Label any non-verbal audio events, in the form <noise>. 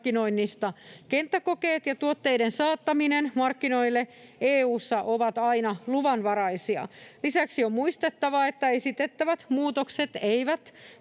<noise> ja tuotteiden saattaminen markkinoille EU:ssa ovat aina luvanvaraisia. Lisäksi on muistettava, että esitettävät muutokset eivät